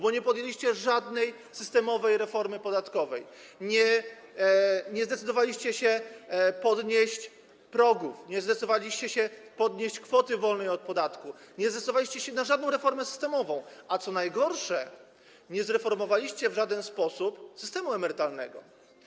Bo nie podjęliście żadnej systemowej reformy podatkowej, nie zdecydowaliście się podnieść progów, nie zdecydowaliście się podnieść kwoty wolnej od podatku, nie zdecydowaliście się na żadną reformę systemową, a co najgorsze, nie zreformowaliście w żaden sposób systemu emerytalnego.